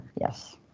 yes